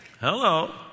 Hello